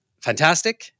fantastic